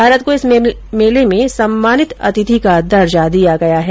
भारत को इस मेले में सम्मानित अतिथि का दर्जा दिया गया है